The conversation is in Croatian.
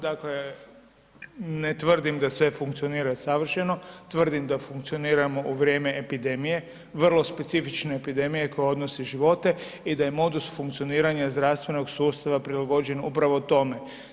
Dakle, ne tvrdim da sve funkcionira savršeno, tvrdi da funkcioniramo u vrijeme epidemije, vrlo specifične epidemije koja odnosi živote i da je modus funkcioniranja zdravstvenog sustava prilagođen upravo tome.